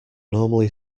normally